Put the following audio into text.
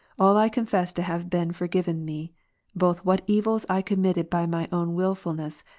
all i confess to have been forgiven me both what evils i committed by my own wilfulness,